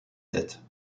têtes